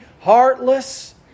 heartless